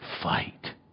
Fight